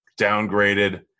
downgraded